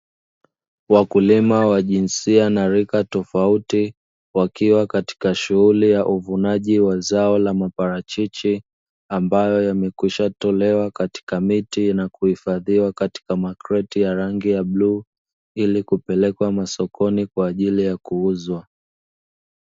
Wakulima wa jinsia na rika tofauti wakiwa katika shughuli ya uvunaji wa zao la maparachichi ambayo yamekwishatolewa katika miti na kuhifadhiwa katika makreti ya rangi ya bluu, ili kupelekwa sokoni kwa ajili ya kuuzwa.